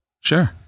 Sure